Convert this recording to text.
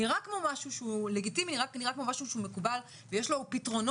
נראה כמו משהו שהוא לגיטימי נראה כמו משהו שהוא מקובל ויש לו פתרונות